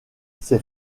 ses